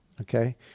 Okay